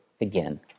again